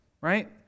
Right